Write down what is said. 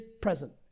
present